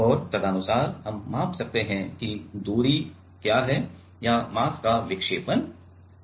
और तदनुसार हम माप सकते हैं कि दूरी क्या है या मास का विक्षेपण क्या है